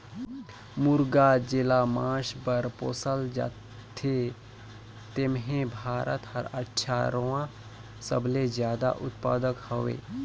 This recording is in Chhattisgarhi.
मुरगा जेला मांस बर पोसल जाथे तेम्हे भारत हर अठारहवां सबले जादा उत्पादक हवे